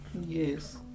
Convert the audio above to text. yes